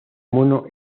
mono